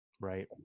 Right